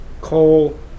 coal